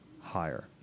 Higher